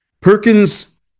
Perkins